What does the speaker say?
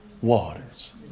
waters